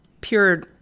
pure